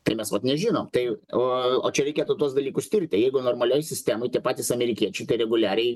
tai mes vat nežinom tai o o čia reikėtų tuos dalykus tirti jeigu normalioj sistemoj tie patys amerikiečiai reguliariai